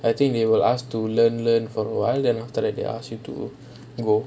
I think they will ask to learn learn for awhile then after that they ask you to to